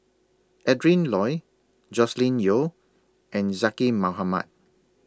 Adrin Loi Joscelin Yeo and Zaqy Mohamad